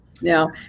Now